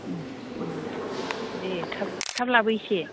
उम उम दे थाब थाब लाबो एसे